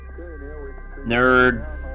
Nerd